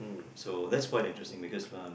so that's quite interesting because um